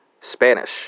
Spanish